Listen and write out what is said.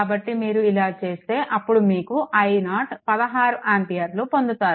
కాబట్టి మీరు ఇలా చేస్తే అప్పుడు మీకు i0 16 ఆంపియర్లు పొందుతారు